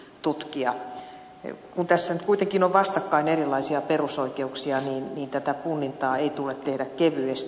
kun tässä nyt kuitenkin on vastakkain erilaisia perusoikeuksia niin tätä punnintaa ei tule tehdä kevyesti